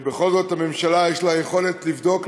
בכל זאת הממשלה יש לה היכולת לבדוק,